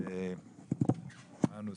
מה הנוסח?